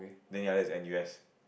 then the others is N_U_S